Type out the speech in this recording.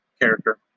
character